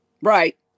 Right